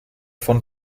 von